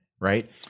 right